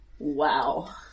Wow